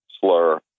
slur